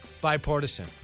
bipartisan